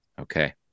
Okay